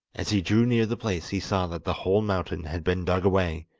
as he drew near the place he saw that the whole mountain had been dug away,